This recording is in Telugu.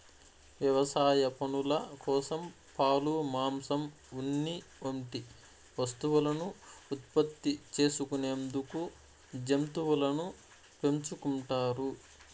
వ్యవసాయ పనుల కోసం, పాలు, మాంసం, ఉన్ని వంటి వస్తువులను ఉత్పత్తి చేసుకునేందుకు జంతువులను పెంచుకుంటారు